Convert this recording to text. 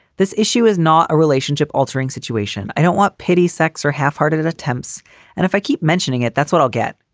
this issue is not a relationship altering situation. i don't want pity, sex or half hearted attempts and if i keep mentioning it, that's what i'll get.